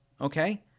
okay